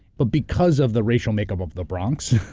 but because of the racial makeup of the bronx,